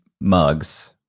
mugs